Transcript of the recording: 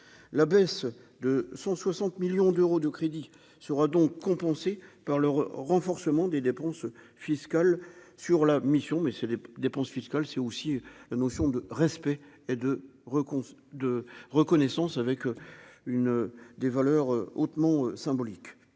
la baisse de 160 millions d'euros de crédits sera donc compensé par le renforcement des dépenses fiscales sur la mission mais c'est des dépenses fiscales, c'est aussi la notion de respect et de de reconnaissance avec une des valeurs hautement symbolique